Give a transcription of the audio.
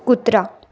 कुत्रा